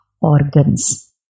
organs